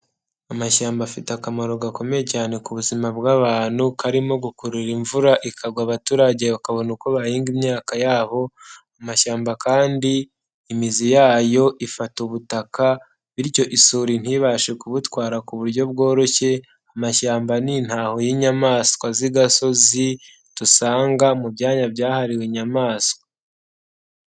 Amashyamba afite akamaro gakomeye cyane ku buzima bw'abantu karimo gukurura imvura ikagwa abaturage bakabona uko bahinga imyaka yabo, amashyamba kandi imizi yayo ifata ubutaka bityo isuri ntibashe kubutwara ku buryo bworoshye, amashyamba ni intaho y'inyamaswa z'agasozi dusanga mu byanya byahariwe inyamaswa.